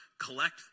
Collect